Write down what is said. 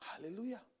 Hallelujah